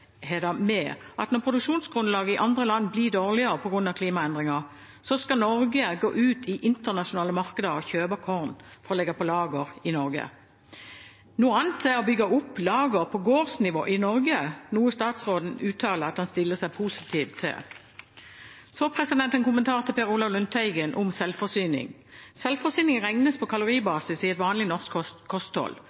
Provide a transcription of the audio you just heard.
at når produksjonsgrunnlaget i andre land blir dårligere på grunn av klimaendringer, skal Norge gå ut i internasjonale markeder og kjøpe korn for å legge på lager i Norge. Noe annet er å bygge opp lager på gårdsnivå i Norge, noe statsråden uttaler at han stiller seg positiv til. Så en kommentar til Per Olaf Lundteigen om selvforsyning. Selvforsyning regnes på kaloribasis i et vanlig norsk kosthold etter internasjonal standard. Men som kjent inneholder et vanlig norsk kosthold